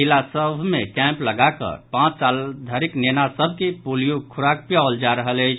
जिला सभ मे कैम्प लगा कऽ पांच साल धरिक नेना सभ के पोलियोक खुराक पियाओल जा रहल अछि